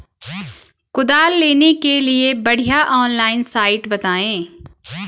कुदाल लेने के लिए बढ़िया ऑनलाइन साइट बतायें?